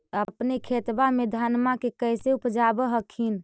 अपने खेतबा मे धन्मा के कैसे उपजाब हखिन?